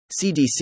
CDC